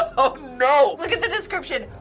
um oh no. look at the description.